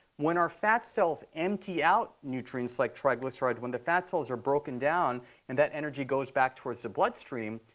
when our fat cells empty out nutrients like triglycerides, when the fat cells are broken down and that energy goes back towards the bloodstream,